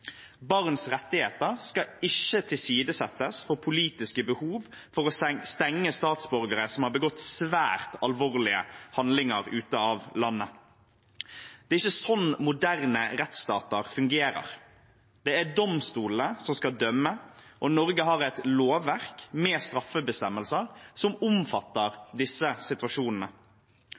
Barns rettigheter skal ikke tilsidesettes for politiske behov for å stenge statsborgere som har begått svært alvorlige handlinger, ute av landet. Det er ikke sånn moderne rettsstater fungerer. Det er domstolene som skal dømme, og Norge har et lovverk med straffebestemmelser som omfatter disse situasjonene.